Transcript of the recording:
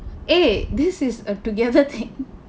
eh this is a together thing